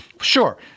Sure